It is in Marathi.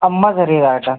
अंबाझरी आटा